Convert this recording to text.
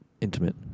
intimate